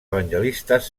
evangelistes